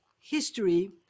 history